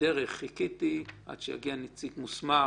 חיכיתי עד שיגיע נציג מוסמך,